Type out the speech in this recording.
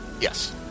Yes